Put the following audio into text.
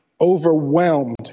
overwhelmed